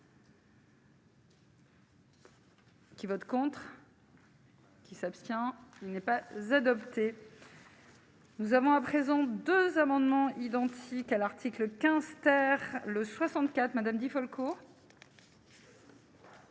Qui vote contre. Qui s'abstient, il n'est pas adopté. Nous avons à présent 2 amendements identiques à l'article 15 ter le 64 Madame Di Folco.